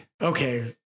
okay